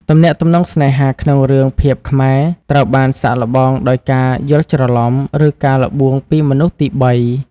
ទំនាក់ទំនងស្នេហាក្នុងរឿងភាពខ្មែរ ត្រូវបានសាកល្បងដោយការយល់ច្រឡំ ឬការល្បួងពីមនុស្សទីបី។